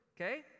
okay